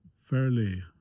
fairly